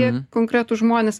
tie konkretūs žmonės